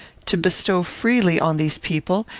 to bestow freely on these people,